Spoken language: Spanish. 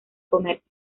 comercio